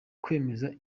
kwemeza